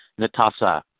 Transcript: Natasa